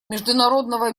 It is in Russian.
международного